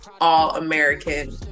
All-American